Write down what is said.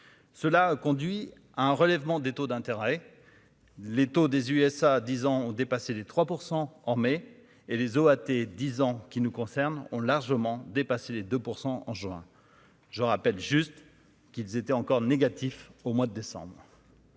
cela conduit à un relèvement des taux d'intérêt, les taux des USA 10 ans ont dépassé les 3 % en mai et les OAT 10 ans qui nous concerne, ont largement dépassé les 2 % en juin je rappelle juste qu'ils étaient encore négatif au mois de décembre.